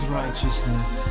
righteousness